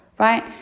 right